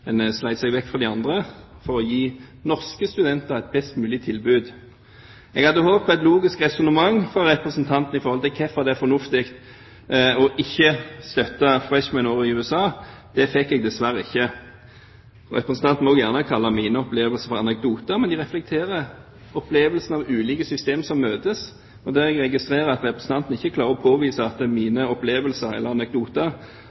seg vekk fra de andre for å gi norske studenter et best mulig tilbud. Jeg hadde håpet på et logisk resonnement fra representanten for hvorfor det er fornuftig ikke å støtte freshman-året i USA. Det fikk jeg dessverre ikke. Representanten må også gjerne kalle mine opplevelser for anekdoter, men de reflekterer opplevelsen av ulike system som møtes. Der registrerer jeg at representanten ikke klarer å påvise at